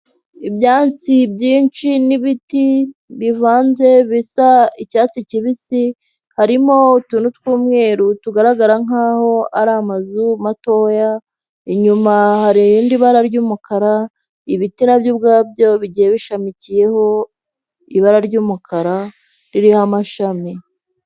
Ibyatsi byinshi n'ibiti bivanze bisa icyatsi kibisi harimo utuntu tw'umweru tugaragara nkaho ari amazu matoya, inyuma hari irindi bara ry'umukara, ibiti nabyo ubwabyo bigiye bishamikiyeho ibara ry'umukara ririho amashami.